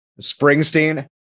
Springsteen